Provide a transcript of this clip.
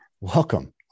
welcome